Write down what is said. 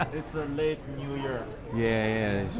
it's a late new year yea,